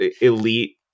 elite